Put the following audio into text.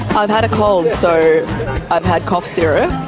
i've had a cold, so i've had cough syrup,